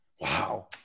Wow